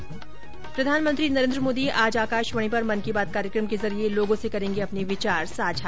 ्र प्रधानमंत्री नरेन्द्र मोदी आज आकाशवाणी पर मन की बात कार्यक्रम के जरिये लोगों से करेंगे अपने विचार साझा